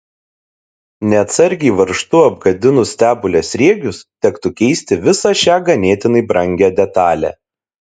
neatsargiai varžtu apgadinus stebulės sriegius tektų keisti visą šią ganėtinai brangią detalę